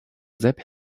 sepp